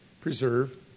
preserved